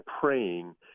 praying